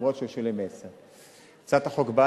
גם אם הוא שילם עשר.